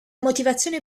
motivazione